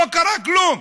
לא קרה כלום.